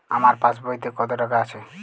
আমার পাসবইতে কত টাকা আছে?